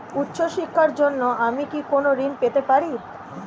উচ্চশিক্ষার জন্য আমি কি কোনো ঋণ পেতে পারি?